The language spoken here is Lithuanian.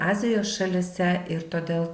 azijos šalyse ir todėl